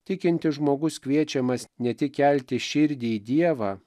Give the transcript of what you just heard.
tikintis žmogus kviečiamas ne tik kelti širdį į dievą